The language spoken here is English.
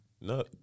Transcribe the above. No